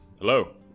Hello